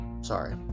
Sorry